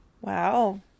Wow